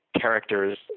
characters